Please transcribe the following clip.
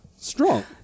strong